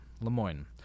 Lemoyne